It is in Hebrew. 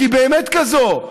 כי היא באמת כזאת.